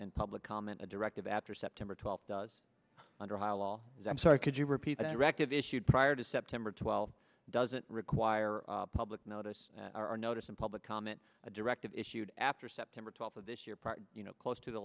and public comment a directive after september twelfth does under high law i'm sorry could you repeat that directive issued prior to september twelfth doesn't require public notice or notice in public comment a directive issued after september twelfth of this year part you know close to the